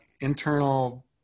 internal